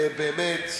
באמת,